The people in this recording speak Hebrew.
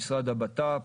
משרד הבט"פ,